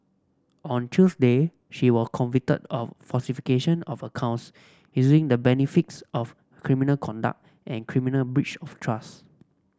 on Tuesday she were convicted of falsification of accounts using the benefits of criminal conduct and criminal breach of trust